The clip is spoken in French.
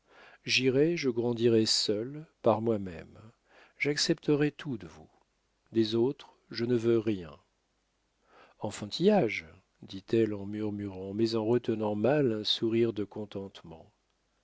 j'irai je grandirai seul par moi-même j'accepterais tout de vous des autres je ne veux rien enfantillage dit-elle en murmurant mais en retenant mal un sourire de contentement